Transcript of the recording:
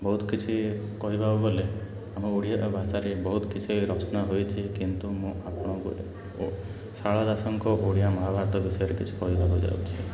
ବହୁତ କିଛି କହିବାକୁ ଗଲେ ଆମ ଓଡ଼ିଆ ଭାଷାରେ ବହୁତ କିଛି ରଚନା ହୋଇଛି କିନ୍ତୁ ମୁଁ ଆପଣଙ୍କୁ ସାରଳା ଦାସଙ୍କ ଓଡ଼ିଆ ମହାଭାରତ ବିଷୟରେ କିଛି କହିବାକୁ ଯାଉଛି